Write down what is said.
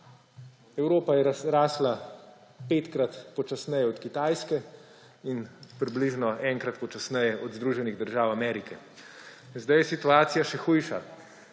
Evropa je rastla petkrat počasneje od Kitajske in približno enkrat počasneje od Združenih držav Amerike. Zdaj je situacije še hujša.